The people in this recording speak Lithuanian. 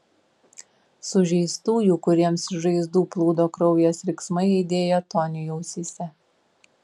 sužeistųjų kuriems iš žaizdų plūdo kraujas riksmai aidėjo toniui ausyse